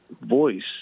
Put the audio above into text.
voice